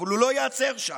אבל הוא לא ייעצר שם,